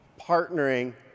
partnering